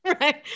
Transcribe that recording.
Right